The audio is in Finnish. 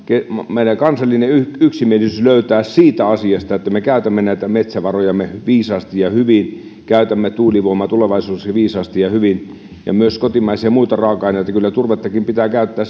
meidän pitäisi kansallinen yksimielisyys löytää siitä asiasta että me käytämme näitä metsävarojamme viisaasti ja hyvin käytämme tuulivoimaa tulevaisuudessa viisaasti ja hyvin ja myös kotimaisia muita raaka aineita kyllä turvettakin pitää käyttää